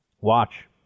Watch